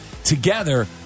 Together